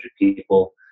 people